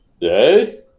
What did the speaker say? Yay